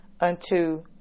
unto